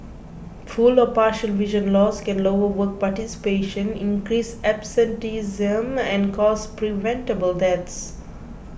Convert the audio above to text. full or partial vision loss can lower work participation increase absenteeism and cause preventable deaths